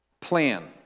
plan